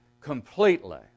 completely